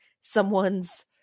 someone's